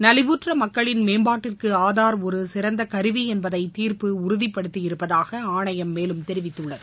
நலிவுற்ற மக்களின் மேம்பாட்டிற்கு ஆதார் ஒரு சிறந்த கருவி என்பதை தீர்ப்பு உறுதிபடுத்தியிருப்பதாக ஆணையம் மேலும் தெரிவித்துள்ளது